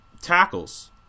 Tackles